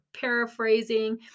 paraphrasing